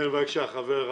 כן, בבקשה, חבר.